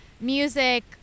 music